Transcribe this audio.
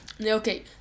Okay